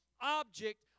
object